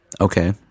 Okay